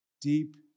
deep